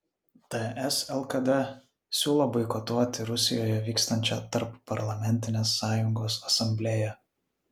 ts lkd siūlo boikotuoti rusijoje vyksiančią tarpparlamentinės sąjungos asamblėją